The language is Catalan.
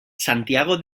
santiago